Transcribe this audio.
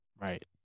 right